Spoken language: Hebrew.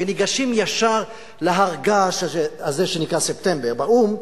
ניגשים ישר להר הגעש הזה שנקרא "ספטמבר באו"ם",